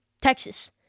Texas